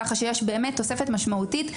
ככה שיש תוספת משמעותית.